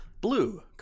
blue